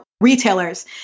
retailers